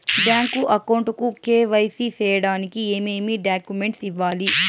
Bank account కు KYC సేయడానికి ఏమేమి డాక్యుమెంట్ ఇవ్వాలి?